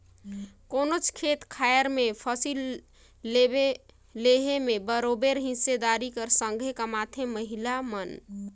कोनोच खेत खाएर में फसिल लेहे में बरोबेर हिस्सादारी कर संघे कमाथें महिला मन